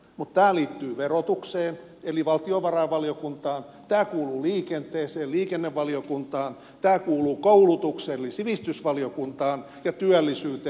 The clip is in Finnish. mutta tämä liittyy verotukseen eli valtiovarainvaliokuntaan tämä kuuluu liikenteeseen liikennevaliokuntaan tämä kuuluu koulutukseen eli sivistysvaliokuntaan ja työllisyyteen eli työ ja tasa arvovaliokuntaan